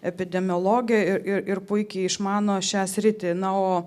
epidemiologė ir ir puikiai išmano šią sritį na o